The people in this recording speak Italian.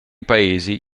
paesi